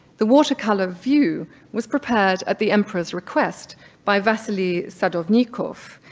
the watercolor view was prepared at the emperor's request by vasily sadovnikov,